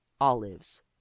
olives